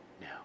now